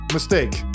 Mistake